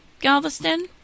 Galveston